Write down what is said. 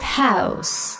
house